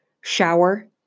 shower